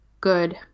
good